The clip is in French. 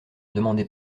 demander